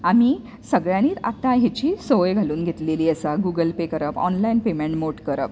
आमी सगळ्यांनीत आतां हेची संवय घालून घेतलेली आसा गुगल पे करप ऑनलाइन पेमेंट मोड करप